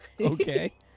Okay